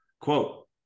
Quote